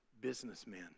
businessmen